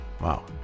Wow